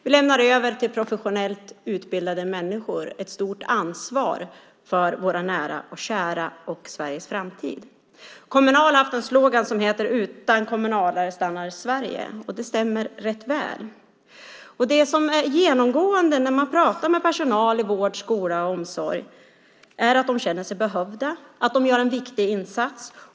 Vi lämnar över ett stort ansvar för våra nära och kära och för Sveriges framtid till professionellt utbildade människor. Kommunal har haft följande slogan: Utan kommunalare stannar Sverige. Det stämmer rätt väl. Det genomgående när man pratar med personal i vård, skola och omsorg är att de känner sig behövda och att de gör en viktig insats.